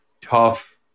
tough